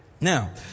Now